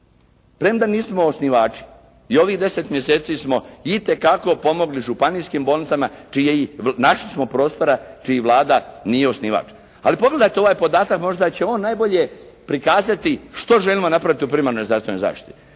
premda nismo osnivači. I ovih 10 mjeseci smo itekako pomogli županijskim bolnicama čiji, našli smo prostora čiji Vlada nije osnivač. Ali pogledajte ovaj podatak možda će on najbolje prikazati što želimo napraviti u primarnoj zdravstvenoj zaštiti.